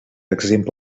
exemple